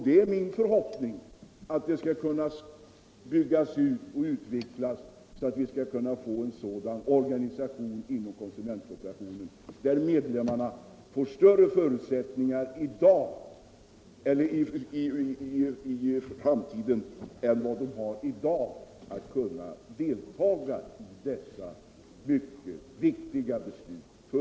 Det är min förhoppning att vi skall kunna bygga ut och utveckla organisationen inom konsumentkooperationen så att medlemmarna får större förutsättningar i framtiden än vad de har i dag att delta i ett sådant här för konsumenterna mycket viktigt beslut.